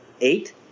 eight